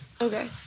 Okay